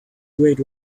great